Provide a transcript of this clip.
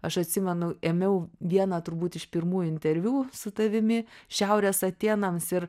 aš atsimenu ėmiau vieną turbūt iš pirmųjų interviu su tavimi šiaurės atėnams ir